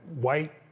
white